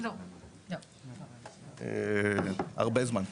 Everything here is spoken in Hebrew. הרבה זמן.